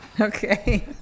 Okay